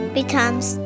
becomes